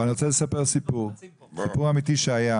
אני רוצה לספר סיפור וזה סיפור אמיתי שהיה